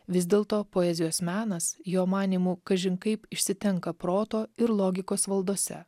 vis dėlto poezijos menas jo manymu kažin kaip išsitenka proto ir logikos valdose